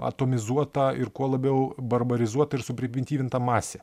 atomizuota ir kuo labiau barbarizuota ir suprimityvinta masė